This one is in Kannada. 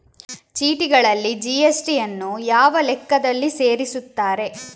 ಚೀಟಿಗಳಲ್ಲಿ ಜಿ.ಎಸ್.ಟಿ ಯನ್ನು ಯಾವ ಲೆಕ್ಕದಲ್ಲಿ ಸೇರಿಸುತ್ತಾರೆ?